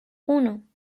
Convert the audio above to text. uno